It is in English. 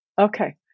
Okay